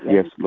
Yes